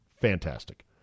fantastic